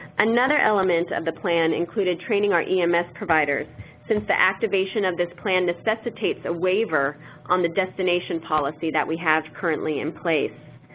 another element of the plan included training our ems providers since the activation of this plan necessitates a waiver on the destination policy that we have currently in place.